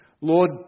Lord